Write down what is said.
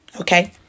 okay